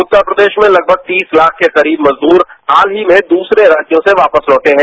उत्तर प्रदेश में लगभग तीस लाख के करीब मजदूर हाल ही में दूसरे राज्यों से वापस लौटे हैं